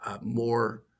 more